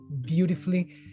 beautifully